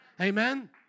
Amen